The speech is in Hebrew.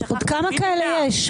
עוד כמה כאלה יש?